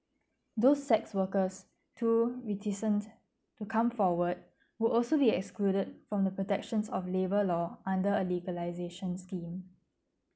those sex workers through reticent to come forward would also be excluded from the protection of labour law under a legalisation's team